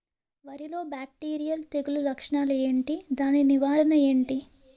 వరి లో బ్యాక్టీరియల్ తెగులు లక్షణాలు ఏంటి? దాని నివారణ ఏంటి?